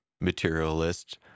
materialist